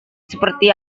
seperti